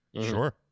Sure